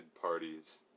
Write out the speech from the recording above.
parties